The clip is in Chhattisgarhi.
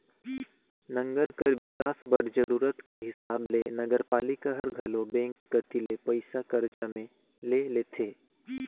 नंगर कर बिकास बर जरूरत कर हिसाब ले नगरपालिका हर घलो बेंक कती ले पइसा करजा में ले लेथे